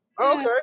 okay